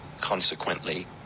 Consequently